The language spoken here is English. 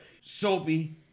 soapy